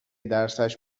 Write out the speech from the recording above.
درسش